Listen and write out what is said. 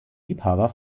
liebhaber